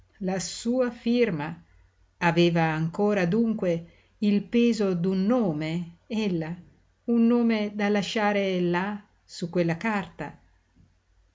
la sua firma aveva ancora dunque il peso d'un nome ella un nome da lasciare là su quella carta